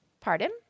pardon